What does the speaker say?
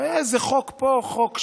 והיה איזה חוק פה, חוק שם.